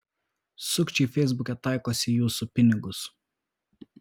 sukčiai feisbuke taikosi į jūsų pinigus